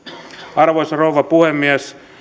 arvoisa rouva puhemies